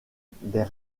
des